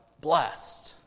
blessed